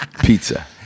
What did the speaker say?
Pizza